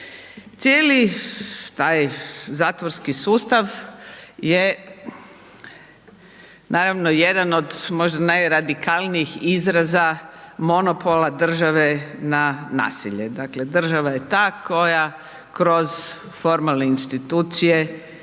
Cijeli taj zatvorski sustav je naravno jedan od možda najradikalnijih izraza monopola države na nasilje, dakle država je ta koja kroz formalne institucije